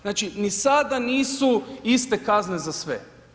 Znači, ni sada nisu iste kazne za sve.